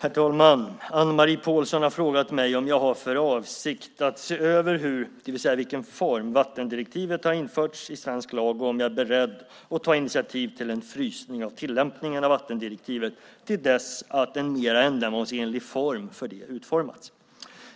Herr talman! Anne-Marie Pålsson har frågat mig om jag har för avsikt att se över hur - det vill säga i vilken form - vattendirektivet har införts i svensk lag och om jag är beredd att ta initiativ till en frysning av tillämpningen av vattendirektivet till dess att en mer ändamålsenlig form för det utformats.